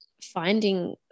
finding